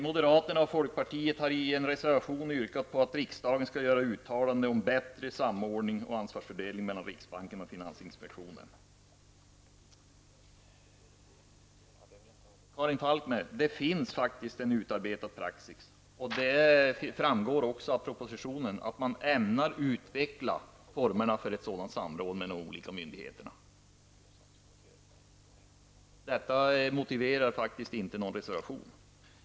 Moderaterna och folkpartiet har i en reservation yrkat på att riksdagen skall göra uttalande om bättre samordning och ansvarsfördelning mellan riksbanken och finansinspektionen. Karin Falkmer, det finns en utarbetad praxis och det framgår av propositionen att man ämnar utveckla formerna för samråd mellan olika myndigheter. Någon reservation är inte motiverad.